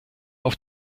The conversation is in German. auf